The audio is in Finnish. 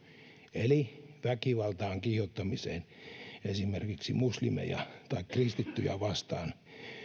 eli väkivaltaan kiihottamiseen esimerkiksi muslimeja tai kristittyjä vastaan